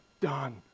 done